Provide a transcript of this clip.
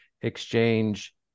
exchange